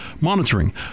monitoring